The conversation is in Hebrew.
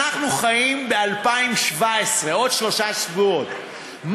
אנחנו חיים ב-2017 עוד שלושה שבועות,